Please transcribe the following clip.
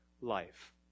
life